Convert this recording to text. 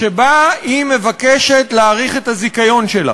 שבה היא מבקשת להאריך את הזיכיון שלה.